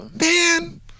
Man